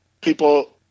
people